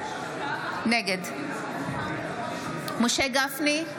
נגד משה גפני,